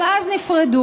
אבל אז נפרדו,